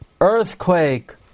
earthquake